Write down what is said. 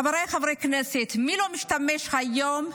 חבריי חברי הכנסת, מי לא משתמש היום בטכנולוגיה?